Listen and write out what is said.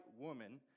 woman